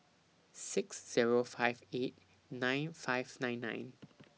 six Zero five eight nine five nine nine